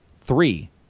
three